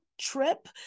trip